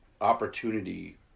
opportunity